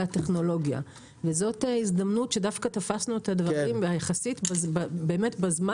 הטכנולוגיה וזאת הזדמנות שדווקא תפסנו את הדברים יחסית בזמן